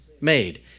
made